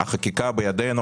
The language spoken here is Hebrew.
החקיקה בידינו,